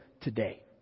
today